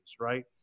right